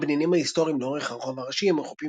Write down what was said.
הבניינים ההיסטוריים לאורך הרחוב הראשי המחופים